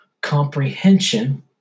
comprehension